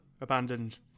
Abandoned